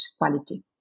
quality